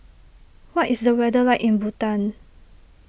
what is the weather like in Bhutan